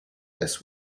this